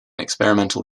experimental